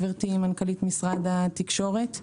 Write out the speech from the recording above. גברתי מנכ"לית משרד התקשורת,